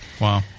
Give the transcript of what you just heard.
Wow